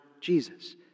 Jesus